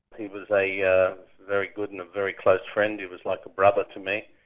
he was a a very good and a very close friend. he was like a brother to me.